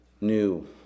new